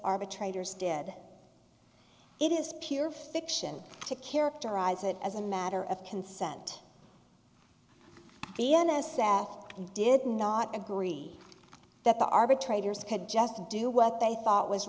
arbitrators did it is pure fiction to characterize it as a matter of consent the n s f did not agree that the arbitrator's could just do what they thought was